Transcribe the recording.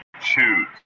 choose